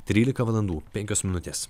trylika valandų penkios minutės